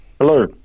Hello